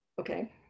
okay